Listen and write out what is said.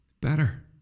Better